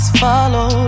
follow